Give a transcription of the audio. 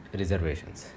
reservations